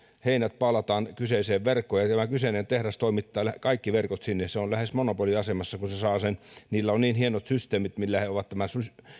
heinät paalataan kyseiseen verkkoon tämä kyseinen tehdas toimittaa kaikki verkot sinne se on lähes monopoliasemassa kun se saa sen niillä on niin hienot systeemit millä he ovat tämän